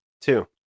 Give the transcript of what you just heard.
Two